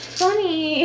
funny